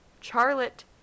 Charlotte